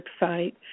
website